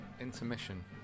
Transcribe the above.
Intermission